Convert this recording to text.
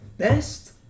best